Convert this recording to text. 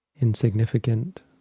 insignificant